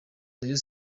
rayon